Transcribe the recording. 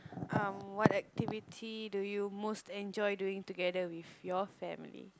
um what activity do you most enjoy doing together with your family